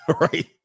right